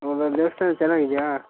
ಹೌದಾ ದೇವಸ್ಥಾನ ಚೆನ್ನಾಗಿದ್ಯಾ